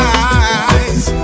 eyes